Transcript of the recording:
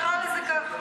תקרא לזה ככה.